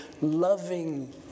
loving